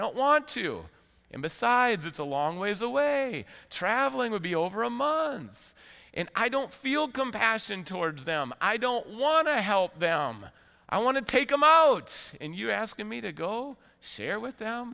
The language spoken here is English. don't want to him besides it's a long ways away travelling would be over a month and i don't feel compassion towards them i don't want to help them i want to take them out and you ask me to go share with them